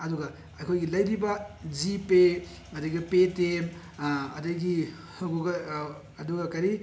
ꯑꯗꯨꯒ ꯑꯩꯈꯣꯏꯒꯤ ꯂꯩꯔꯤꯕ ꯖꯤ ꯄꯦ ꯑꯗꯒꯤ ꯄꯦ ꯇꯤ ꯑꯦꯝ ꯑꯗꯒꯤ ꯑꯗꯨꯒ ꯀꯔꯤ